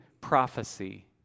prophecy